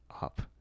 up